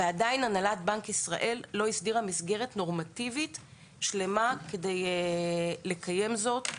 ועדיין הנהלת הבנק לא הסדירה מסגרת נורמטיבית שלמה כדי לקיים זאת.